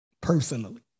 personally